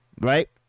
right